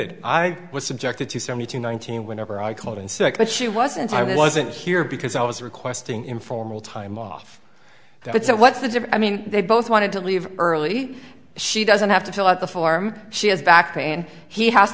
d i was subjected to seventy two nineteen whenever i called in sick but she wasn't i wasn't here because i was requesting informal time off but so what's the diff i mean they both wanted to leave early she doesn't have to fill out the form she has back and he has